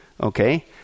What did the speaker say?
Okay